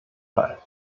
fall